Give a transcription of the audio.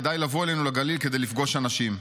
כדאי לבוא אלינו לגליל כדי לפגוש אנשים.